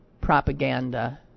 propaganda